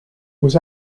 was